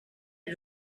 you